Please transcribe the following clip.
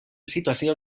situació